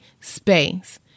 space